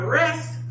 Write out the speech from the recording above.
rest